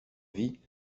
vie